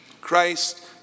Christ